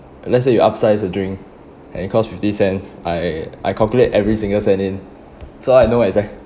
let's say you upsize a drink and it costs fifty cents I I calculate every single cent in so I know where is